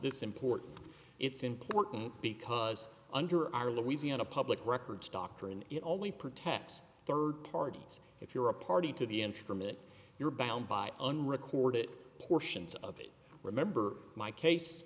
this important it's important because under our louisiana public records doctrine it only protects third parties if you're a party to the interim it you're bound by unrecorded portions of it remember my case